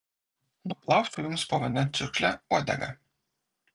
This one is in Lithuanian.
nuplausiu jums po vandens čiurkšle uodegą